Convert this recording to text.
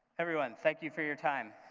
everyone, thank you for your time.